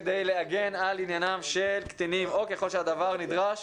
כדי להגן על עניינם של קטינים או ככל שהדבר נדרש